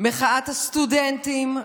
מחאת הסטודנטים,